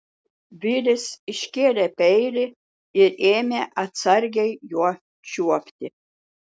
vilis iškėlė peilį ir ėmė atsargiai juo čiuopti